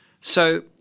So-